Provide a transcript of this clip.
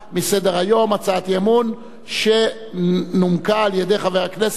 הצעת אי-אמון שנומקה על-ידי חבר הכנסת איתן כבל.